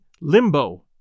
Limbo